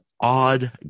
odd